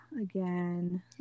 again